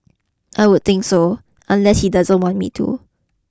I would think so unless he doesn't want me to